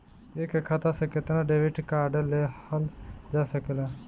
एक खाता से केतना डेबिट कार्ड लेहल जा सकेला?